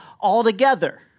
altogether